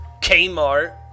Kmart